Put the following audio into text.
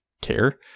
care